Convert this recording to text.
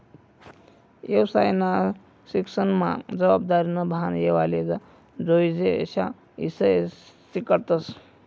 येवसायना शिक्सनमा जबाबदारीनं भान येवाले जोयजे अशा ईषय शिकाडतस